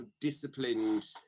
disciplined